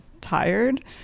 tired